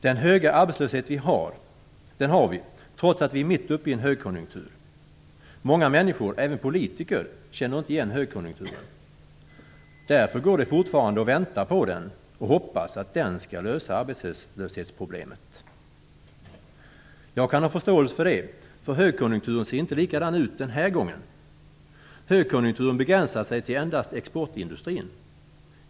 Den höga arbetslösheten har vi trots att vi är mitt uppe i en högkonjunktur. Många människor, även politiker, känner inte igen högkonjunkturen. Därför går de fortfarande och väntar på den och hoppas att den skall lösa arbetslöshetsproblemet. Jag kan ha förståelse för det eftersom högkonjunkturen inte ser likadan ut den här gången. Högkonjunkturen begränsar sig till endast exportindustrin.